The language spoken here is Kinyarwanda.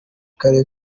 kare